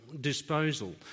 disposal